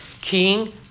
King